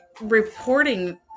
reporting